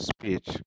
speech